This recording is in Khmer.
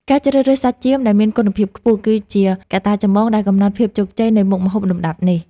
ការជ្រើសរើសសាច់ចៀមដែលមានគុណភាពខ្ពស់គឺជាកត្តាចម្បងដែលកំណត់ភាពជោគជ័យនៃមុខម្ហូបលំដាប់នេះ។